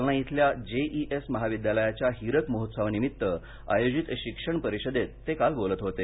जालना इथल्या जेईएस महाविद्यालयाच्या हिरक महोत्सवा निमित्त आयोजित शिक्षण परिषदेत ते काल बोलत होते